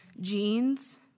Jeans